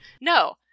No